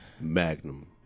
Magnum